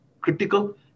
critical